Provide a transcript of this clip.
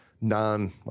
non